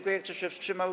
Kto się wstrzymał?